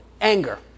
anger